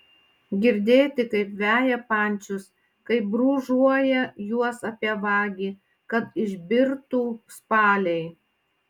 girdėti kaip veja pančius kaip brūžuoja juos apie vagį kad išbirtų spaliai